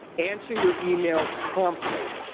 answer your email promptly.